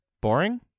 boring